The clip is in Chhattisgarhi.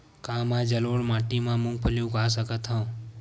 का मैं जलोढ़ माटी म मूंगफली उगा सकत हंव?